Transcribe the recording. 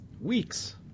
weeks